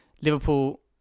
Liverpool